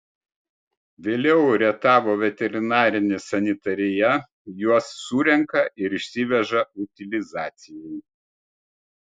vėliau rietavo veterinarinė sanitarija juos surenka ir išsiveža utilizacijai